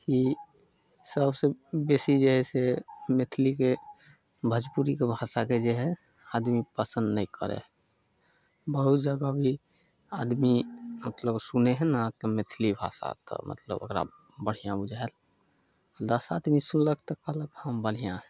ई सबसँ बेसी जे हइ से मैथिलीके भोजपुरीके भाषाके जे हइ आदमी पसन्द नहि करय हइ बहुत जगह अभी आदमी मतलब सुनय हइ नहि तऽ मैथिली भाषा तऽ मतलब ओकरा बढ़िआँ बुझायल दस आदमी सुनलक तऽ कहलक हँ बढ़िआँ हइ